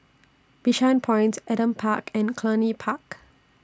Bishan Point Adam Park and Cluny Park